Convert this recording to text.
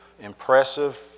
impressive